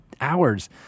hours